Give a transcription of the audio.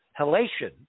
halation